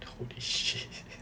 holy shit